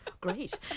great